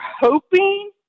hoping